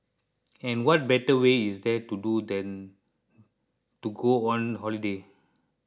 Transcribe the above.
and what better way is there to do than to go on holiday